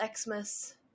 Xmas